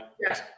Yes